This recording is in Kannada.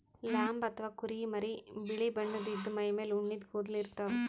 ಲ್ಯಾಂಬ್ ಅಥವಾ ಕುರಿಮರಿ ಬಿಳಿ ಬಣ್ಣದ್ ಇದ್ದ್ ಮೈಮೇಲ್ ಉಣ್ಣಿದ್ ಕೂದಲ ಇರ್ತವ್